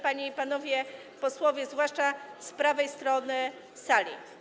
Panie i Panowie Posłowie, zwłaszcza z prawej strony sali!